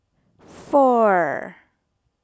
four